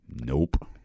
Nope